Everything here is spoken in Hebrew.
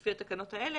לפי התקנות האלה,